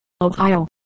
Ohio